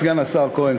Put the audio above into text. סגן השר כהן,